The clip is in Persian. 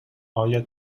آیا